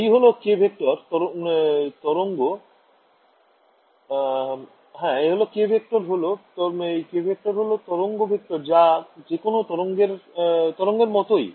এই হল k vector হল তরঙ্গ ভেক্টর যা যেকোনো তরঙ্গের মতই